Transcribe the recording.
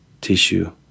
tissue